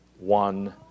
One